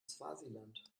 swasiland